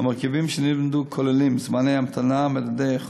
המרכיבים שנמדדו כוללים זמני המתנה, מדדי איכות: